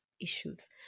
issues